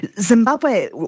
Zimbabwe